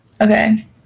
Okay